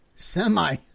Semi